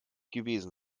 gewesen